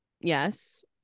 yes